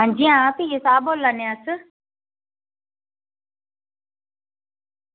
हां जी हां पी ए साह्ब बोला ने अस